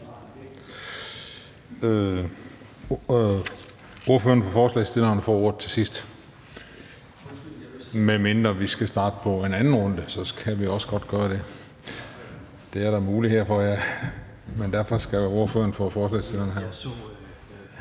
Ordføreren for forslagsstillerne får ordet til sidst, medmindre vi skal starte på en anden runde, for så kan vi også godt gøre det. Det er der mulighed for, ja. Kl. 16:58 (Ordfører) Sikandar